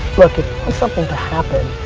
something to happen,